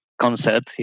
concert